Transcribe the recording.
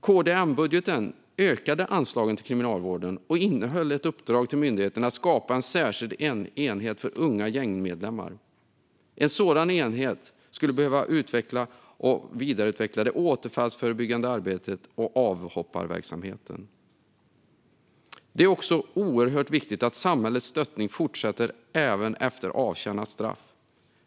KD-M-budgeten ökade anslagen till Kriminalvården och innehöll ett uppdrag till myndigheten att skapa en särskild enhet för unga gängmedlemmar. En sådan enhet skulle behöva utveckla och vidareutveckla det återfallsförebyggande arbetet och avhopparverksamheten. Det är också oerhört viktigt att samhällets stöttning fortsätter även efter avtjänat straff.